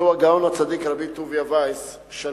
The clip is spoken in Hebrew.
זהו הגאון הצדיק רבי טוביה וייס שליט"א.